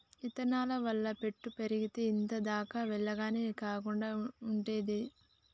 ఇత్తనాల వల్ల పెట్టు పెరిగేతే ఇంత దాకా వెల్లగానే కాండం నాటేదేంది